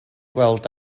gweld